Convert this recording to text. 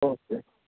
okay